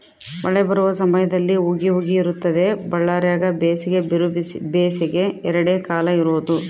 ಮಳೆ ಬರುವ ಸಮಯದಲ್ಲಿ ಹುಗಿ ಹುಗಿ ಇರುತ್ತದೆ ಬಳ್ಳಾರ್ಯಾಗ ಬೇಸಿಗೆ ಬಿರುಬೇಸಿಗೆ ಎರಡೇ ಕಾಲ ಇರೋದು